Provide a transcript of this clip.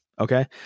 Okay